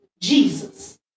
Jesus